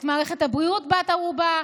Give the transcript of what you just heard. את מערכת הבריאות בת ערובה,